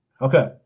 Okay